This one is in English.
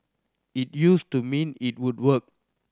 it used to mean it would work